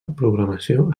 programació